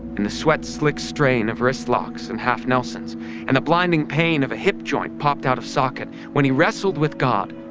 in the sweat slick strain of wrist locks and half nelsns and a blinding pain of a hip joint popped out of socket, when he wrestled with god,